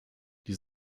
die